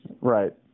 Right